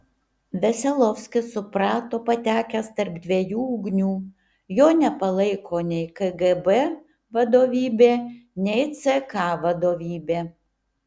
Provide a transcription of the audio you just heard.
veselovskis suprato patekęs tarp dviejų ugnių jo nepalaiko nei kgb vadovybė nei ck vadovybė